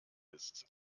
ist